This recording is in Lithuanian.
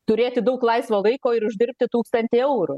turėti daug laisvo laiko ir uždirbti tūkstantį eurų